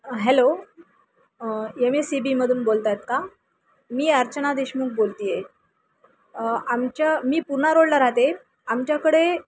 hello M S C बीमधून बोलत आहेत का मी अर्चना देशमुख बोलते आहे आमच्या मी पुना रोडला राहाते आमच्याकडे